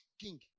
King